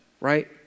right